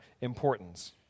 importance